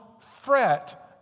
fret